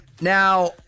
Now